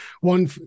one